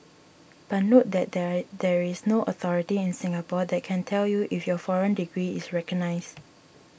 but note that there there is no authority in Singapore that can tell you if your foreign degree is recognised